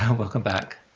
um welcome back.